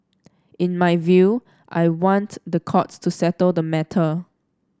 in my view I want the courts to settle the matter